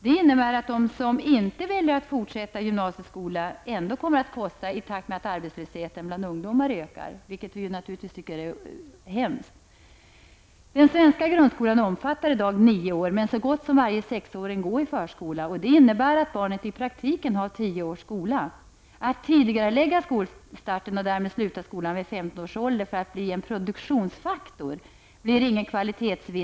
Detta innebär att de som inte väljer att fortsätta gymnasieskolan ändå kommer att kosta i takt med att arbetslösheten bland ungdomar ökar, vilket vi naturligtvis tycker är hemskt. Den svenska grundskolan omfattar i dag nio år, men så gott som varje sexåring går i förskola. Det innebär att barnet i praktiken har tio års skola. Det blir ingen kvalitetsvinst för samhället att tidigarelägga skolstarten och därmed låta ungdomar sluta skolan vid 15 års ålder för att bli en produktionsfaktor.